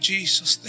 Jesus